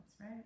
right